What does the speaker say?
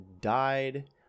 died